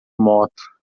moto